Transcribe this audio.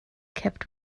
kept